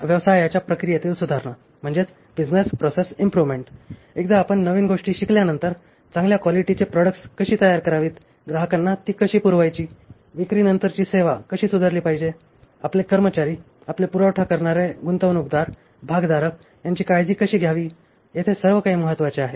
व्यवसायाच्या प्रक्रियेतील सुधारणा एकदा आपण नवीन गोष्टी शिकल्यानंतर चांगल्या क्वालिटीचे प्रॉडक्ट्स कशी तयार करावीत ग्राहकांना ती कशी पुरवायची विक्रीनंतरची सेवा कशी सुधारली पाहिजे आपले कर्मचारी आपले पुरवठा करणारे गुंतवणूकदार भागधारक यांची काळजी कशी घ्यावी येथे सर्व काही महत्वाचे आहे